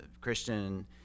Christian